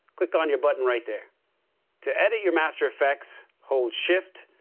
click on your button right there to edit your master fx, hold shift,